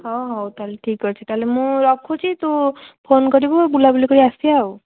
ହଉ ହଉ ତାହେଲେ ଠିକ୍ ଅଛି ତାହେଲେ ମୁଁ ରଖୁଛି ତୁ ଫୋନ୍ କରିବୁ ବୁଲାବୁଲି କରି ଆସିବା ଆଉ